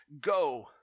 Go